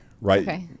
right